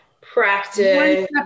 practice